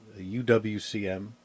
uwcm